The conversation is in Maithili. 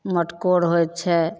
मटकोर होइ छै